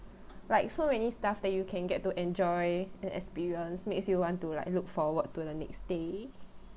like so many stuff that you can get to enjoy and experience makes you want to like look forward to the next day